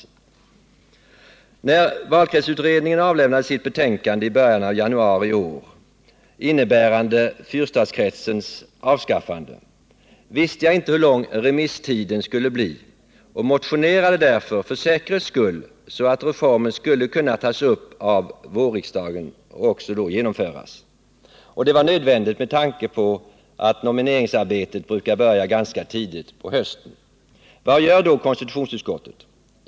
När valkretsutredningen avlämnade sitt betänkande i början av januariiår, innebärande fyrstadskretsens avskaffande, visste jag inte hur lång remisstiden skulle bli utan motionerade därför för säkerhets skull, så att reformen skulle kunna tas upp av vårriksdagen och då också genomföras. Det var nödvändigt med tanke på att nomineringsarbetet brukar börja ganska tidigt på hösten. Vad gör då konstitutionsutskottet?